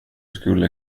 skulle